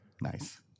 nice